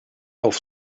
auf